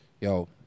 Yo